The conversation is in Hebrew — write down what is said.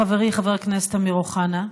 חברי חבר הכנסת אמיר אוחנה,